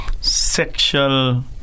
sexual